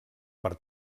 per